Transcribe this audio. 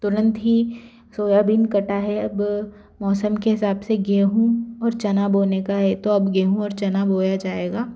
तुरंत ही सोयाबीन काटा है अब मौसम के हिसाब से गेहूँ और चना बोने का है तो अब गेहूँ और चना बोया जाएगा